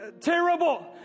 terrible